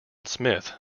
smith